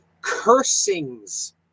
cursings